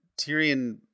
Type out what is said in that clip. Tyrion